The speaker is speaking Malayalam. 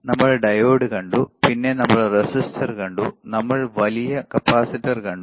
നമ്മൾ ഡയോഡ് കണ്ടു പിന്നെ നമ്മൾ റെസിസ്റ്റർ കണ്ടു നമ്മൾ വലിയ കപ്പാസിറ്റർ കണ്ടു